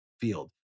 field